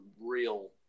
real